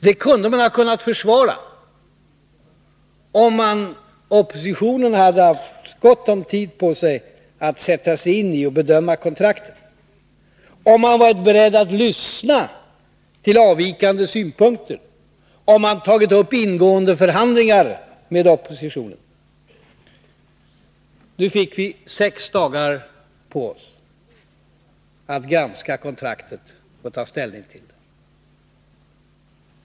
Detta kunde man ha försvarat, om oppositionen hade haft gott om tid på sig att sätta sig in i och bedöma kontraktet, om man hade varit beredd att lyssna till avvikande synpunkter och om man hade tagit uppingående förhandlingar med oppositionen. Nu fick vi sex dagar på oss att granska kontraktet och ta ställning till det.